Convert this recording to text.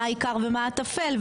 מה העיקר ומה הטפל,